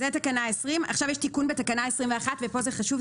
זו תקנה 20. עכשיו יש תיקון בתקנה 21 ופה זה חשוב,